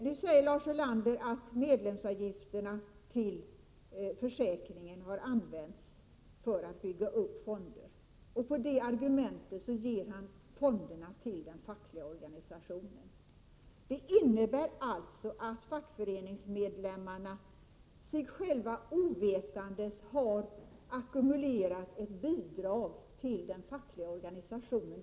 Nu säger Lars Ulander att medlemsavgifterna till försäkringen har använts till att bygga upp fonder. Med det argumentet ger man fonderna till de fackliga organisationerna. Det innebär alltså att fackföreningsmedlemmarna sig själva ovetandes har medverkat till att ackumulera ett bidrag till den fackliga organisationen.